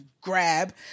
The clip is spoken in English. grab